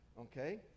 okay